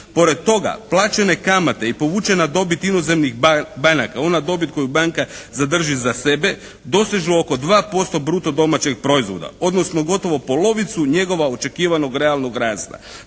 Pored toga plaćene kamate i povučena dobit inozemnih banaka, ona dobit koju banka zadrži za sebe dosežu oko 2% bruto domaćeg proizvoda, odnosno gotovo polovicu njegova očekivanog realnog rasta.